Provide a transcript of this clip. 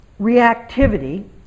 reactivity